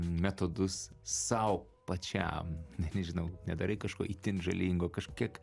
metodus sau pačiam net nežinau nedarai kažko itin žalingo kažkiek